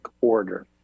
Order